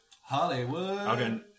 Hollywood